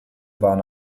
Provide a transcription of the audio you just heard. waren